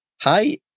Hi